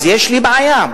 אז יש לי בעיה.